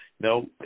No